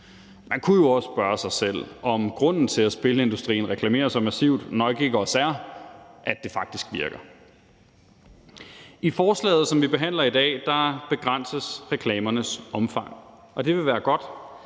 Man kunne jo også spørge sig selv, om grunden til, at spilindustrien reklamerer så massivt, nok ikke også er, at det faktisk virker. I forslaget, som vi behandler i dag, begrænses reklamernes omfang, og det vil være godt,